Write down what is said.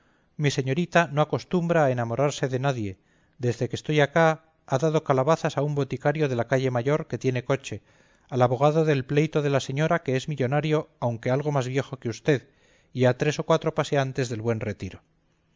mi señorita no acostumbra a enamorarse de nadie desde que estoy acá ha dado calabazas a un boticario de la calle mayor que tiene coche al abogado del pleito de la señora que es millonario aunque algo más viejo que usted y a tres o cuatro paseantes del buen retiro